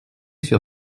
sur